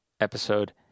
episode